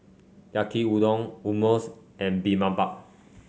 Yaki Udon Hummus and Bibimbap